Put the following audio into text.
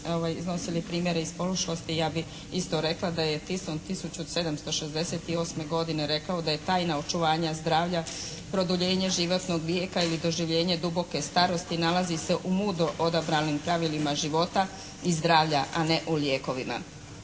iz … /Govornica se ne razumije./ … ja bih isto rekla da je Tison 1768. godine rekao da je tajna očuvanja zdravlja produljenje životnog vijeka ili doživljenje duboke starosti nalazi se u mudro odabranim pravilima života i zdravlja, a ne u lijekovima.